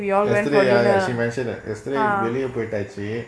yesterday ya ya she mention it yesterday வெளிய போயிட்டாச்சு:veliya poyitaachu